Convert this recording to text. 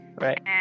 right